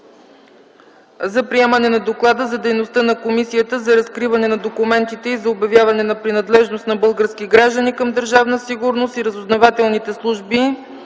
за приемане на Доклада за дейността на Комисията за разкриване на документите и за обявяване на принадлежност на български граждани към Държавна сигурност и разузнавателните служби